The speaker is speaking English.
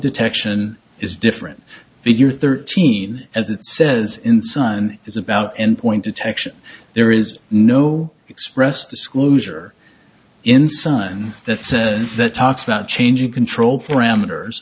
detection is different figure thirteen as it says in sun is about endpoint detection there is no express disclosure in sun that says that talks about changing control for amateurs